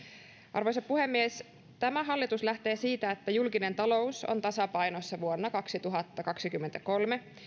arvoisa puhemies tämä hallitus lähtee siitä että julkinen talous on tasapainossa vuonna kaksituhattakaksikymmentäkolme silloin